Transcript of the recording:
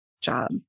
job